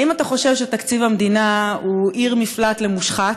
האם אתה חושב שתקציב המדינה הוא עיר מקלט למושחת?